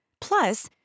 Plus